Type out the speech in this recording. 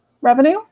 revenue